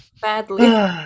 Badly